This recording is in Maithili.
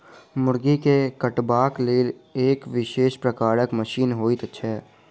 मुर्गी के कटबाक लेल एक विशेष प्रकारक मशीन होइत छै